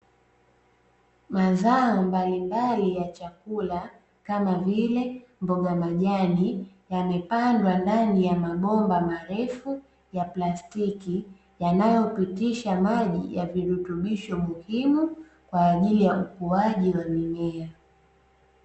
Mazao mbalimbali ya chakula, kama vile mboga majani, yamepandwa ndani ya mabomba marefu ya plastiki yanayopitisha maji ya virutubisho muhimu kwa ajili ya ukuaji wa mimea.